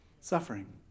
suffering